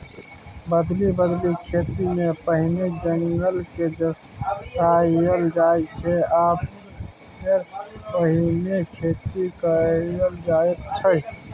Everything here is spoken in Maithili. बदलि बदलि खेतीमे पहिने जंगलकेँ जराएल जाइ छै आ फेर ओहिमे खेती कएल जाइत छै